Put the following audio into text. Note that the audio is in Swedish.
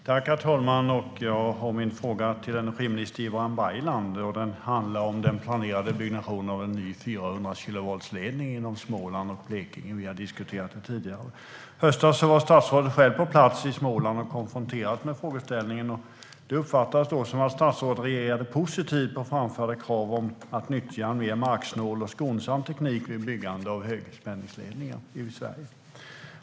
Herr talman! Jag vill ställa min fråga till energiminister Ibrahim Baylan. Den handlar om det planerade byggandet av en ny 400-kilovoltsledning i Småland och Blekinge. Vi har diskuterat detta tidigare. I höstas var statsrådet själv på plats i Småland och konfronterades med frågeställningen. Det uppfattades då som att statsrådet reagerade positivt på de framförda kraven på att nyttja mer marksnål och skonsam teknik vid byggande av högspänningsledningar i Sverige.